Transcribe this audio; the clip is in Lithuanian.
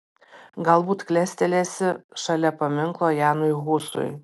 galbūt klestelėsi šalia paminklo janui husui